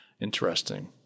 Interesting